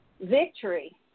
victory